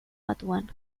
batuan